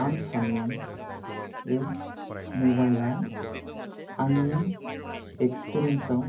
आं सानो जे मबाइला आंनि एक्सपीरियेन्सयाव